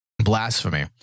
blasphemy